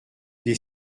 des